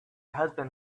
husband